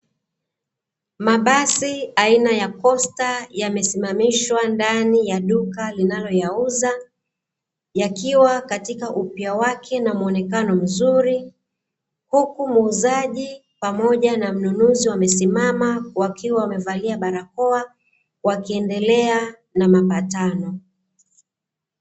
Mabasi aina ya kosta yamesimamishwa ndani ya duka linayoyauza, yakiwa katika upya wake na muonekano mzuri, huku muuzaji, pamoja na mnunuzi wamesimama wakiwa wamevalia barakoa wakiendelea na mapatano.